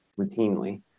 routinely